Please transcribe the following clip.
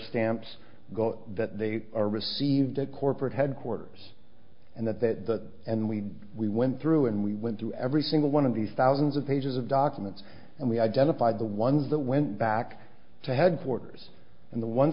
stamps go that they are received at corporate headquarters and that that and we we went through and we went through every single one of these thousands of pages of documents and we identified the ones that went back to headquarters and the ones